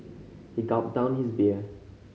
he gulped down his beer